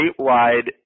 statewide